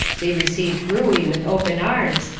they received ruey with open arms,